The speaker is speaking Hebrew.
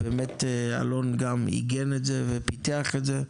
באמת אלון גם עיגן את זה ופיתח את זה,